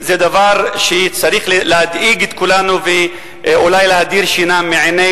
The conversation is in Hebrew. זה צריך להדאיג את כולנו ואולי להדיר שינה מעיני